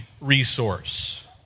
resource